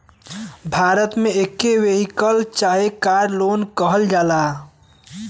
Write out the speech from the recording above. भारत मे एके वेहिकल चाहे कार लोन कहल जाला